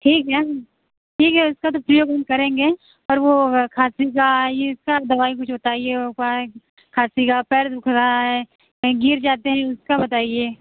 ठीक है ठीक है उसका तो प्रयोग हम करेंगे और वो खाँसी का ये इसका दवाई कुछ होता है ये उपाय कुछ खाँसी का पैर दु ख रहा है कहीं गिर जाते हैं उसका बताइए